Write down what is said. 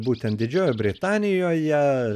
būtent didžiojoje britanijoje